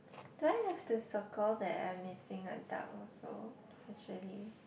do I have to circle that I missing a duck also actually